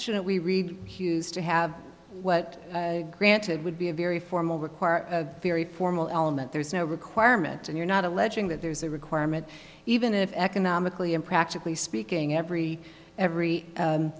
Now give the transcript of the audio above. shouldn't we read hughes to have what granted would be a very formal require a very formal element there's no requirement and you're not alleging that there's a requirement even if economically and practically speaking every every u